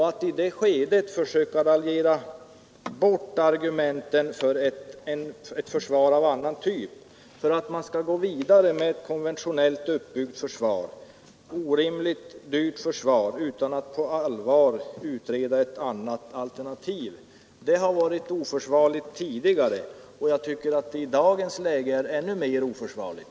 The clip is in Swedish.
Att i det läget försöka raljera bort argumenten för ett försvar av annan typ för att man i stället skall kunna gå vidare med ett konventionellt uppbyggt och orimligt dyrt försvar utan att på allvar utreda ett annat alternativ har varit oförsvarligt tidigare, och jag tycker att det i dagens läge är ännu mer oförsvarligt.